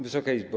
Wysoka Izbo!